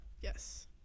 Yes